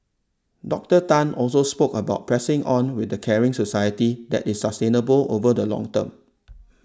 Doctor Tan also spoke about pressing on with a caring society that is sustainable over the long term